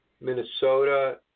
Minnesota